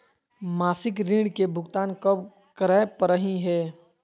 मासिक ऋण के भुगतान कब करै परही हे?